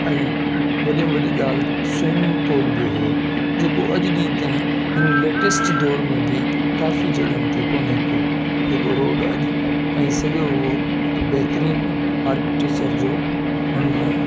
ऐं वॾे में वॾी ॻाल्हि स्विमिंग पूल बि हुयो जेको अॼु ॾींहं ताईं हिन लेटेस्ट दौरु में बि काफ़ी जॻहियुनि ते कोन्हे को जेको रोड अॼु ऐं सॼो हिकु बहितरीनु आर्किटीचर जो हुनमें